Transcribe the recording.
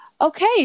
Okay